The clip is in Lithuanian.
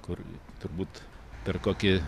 kur turbūt per kokį